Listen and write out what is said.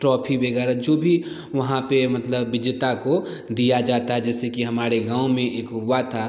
trophy वगैरह जो भी वहाँ पर मतलब विजेता को दिया जाता है जैसे कि हमारे गाँव में एक हुआ था